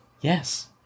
Yes